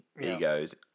egos